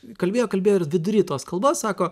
kalbėjo kalbėjo ir vidury tos kalbos sako